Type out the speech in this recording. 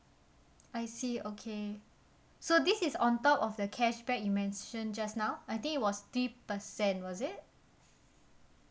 I see okay so this is on top of the cashback you mention just now I think it was three percent was it